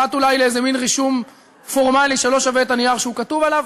פרט אולי לאיזה מין רישום פורמלי שלא שווה את הנייר שהוא כתוב עליו.